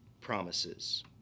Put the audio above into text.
promises